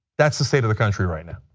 that's the state of the country right now